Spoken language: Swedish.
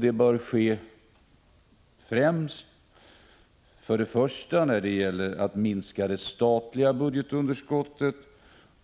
Det bör ske genom, för det första, en minskning av det statliga budgetunderskottet och,